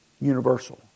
universal